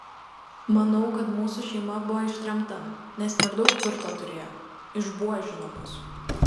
manau kad mūsų šeima buvo ištremta nes per daug turto turėjo išbuožino mus